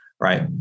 right